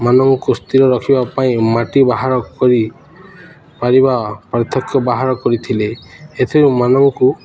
ମାନବଙ୍କୁ ସ୍ଥିର ରଖିବା ପାଇଁ ମାଟି ବାହାର କରି ପାରିବା ପାର୍ଥକ୍ୟ ବାହାର କରିଥିଲେ ଏଥିରୁ ମାନବଙ୍କୁ